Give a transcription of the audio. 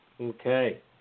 Okay